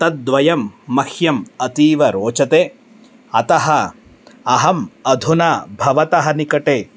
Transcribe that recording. तद्वयं मह्यम् अतीव रोचते अतः अहम् अधुना भवतः निकटे